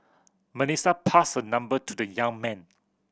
Melissa passed her number to the young man